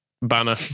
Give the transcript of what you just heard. banner